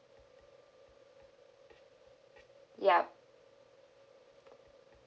yup